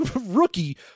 rookie